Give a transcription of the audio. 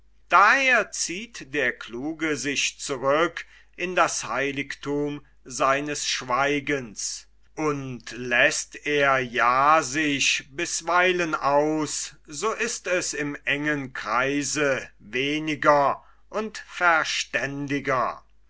daher zieht der kluge sich zurück in das heiligthum seines schweigens und läßt er ja sich bisweilen aus so ist es im engen kreise weniger und verständiger